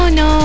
no